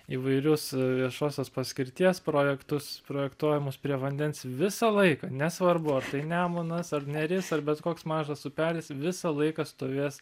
įvairius viešosios paskirties projektus projektuojamus prie vandens visą laiką nesvarbu ar tai nemunas ar neris ar bet koks mažas upelis visą laiką stovės